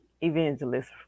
Evangelist